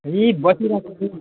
यहीँ बसिरहेको छु नि